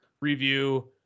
review